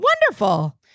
Wonderful